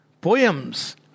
poems